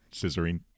Scissoring